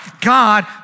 God